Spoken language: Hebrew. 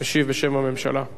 ישיב בשם הממשלה.